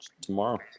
tomorrow